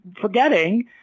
forgetting